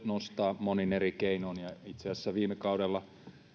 nostaa monin eri keinoin ja itse asiassa viime kaudella